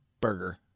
burger